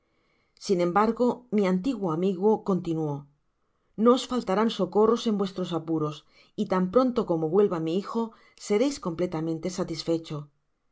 sin embargo mi antiguo amigo continuó no os faltarán socorros en vuestros apuros y tan pronto como vuelva mi hijo sereis completamente satisfecho